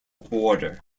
border